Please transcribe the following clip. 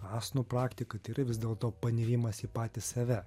asnų praktika tai yra vis dėlto panirimas į patį save